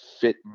fit